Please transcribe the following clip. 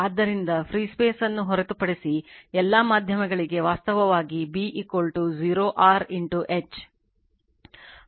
ಆದ್ದರಿಂದ free space ನ್ನು ಹೊರತುಪಡಿಸಿ ಎಲ್ಲಾ ಮಾಧ್ಯಮಗಳಿಗೆ ವಾಸ್ತವವಾಗಿ B 0 r H